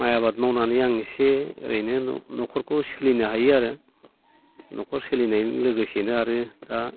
माइ आबाद मावनानै आं एसे ओरैनो न'खरखौ सोलिनो हायो आरो न'खर सोलिनायजों लोगोसेनो आरो दा